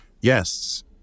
yes